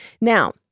Now